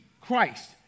Christ